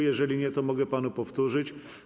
Jeżeli nie, to mogę panu powtórzyć.